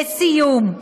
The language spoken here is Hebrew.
לסיום,